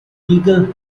legal